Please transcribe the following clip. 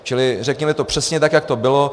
Čili řekněme to přesně, jak to bylo.